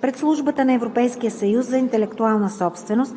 пред Службата на Европейския съюз за интелектуална собственост